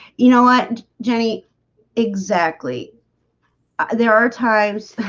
you know what jenny exactly there are times.